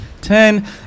ten